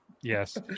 Yes